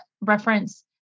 reference